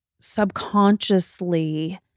subconsciously